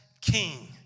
king